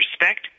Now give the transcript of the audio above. respect